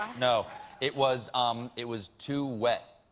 you know it was um it was too wet.